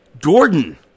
Gordon